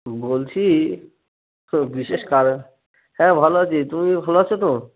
বলছি তো বিশেষ কারণে হ্যাঁ ভালো আছি তুমি ভালো আছো তো